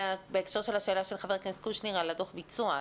בהקשר לשאלה של חבר הכנסת קושניר על דוח הביצוע,